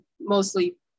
mostly